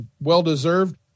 well-deserved